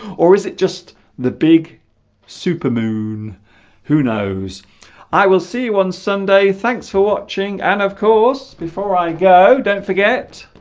or is it just the big super moon who knows i will see you on sunday thanks for watching and of course before i go don't forget